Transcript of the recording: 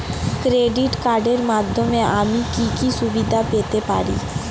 Credit কার্ডের মাধ্যমে আমি কি কি সুবিধা পেতে পারি?